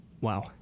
wow